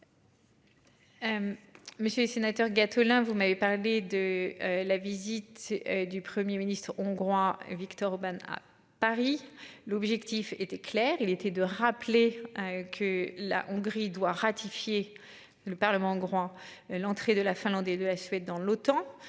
Monsieur les sénateurs Gattolin. Vous m'avez parlé de la visite du Premier ministre. Hongrois Viktor Orbán à Paris. L'objectif était clair, il était de rappeler. Que la Hongrie doit ratifier le Parlement hongrois. L'entrée de la Finlande et de la Suède dans l'OTAN.